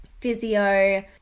physio